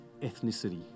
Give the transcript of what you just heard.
ethnicity